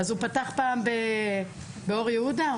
הוא פתח פעם באור יהודה,